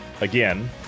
Again